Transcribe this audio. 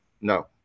No